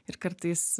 ir kartais